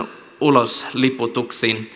ulosliputuksiin